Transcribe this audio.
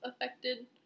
affected